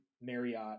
Marriott